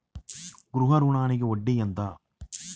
గృహ ఋణంకి వడ్డీ ఎంత?